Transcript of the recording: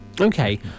Okay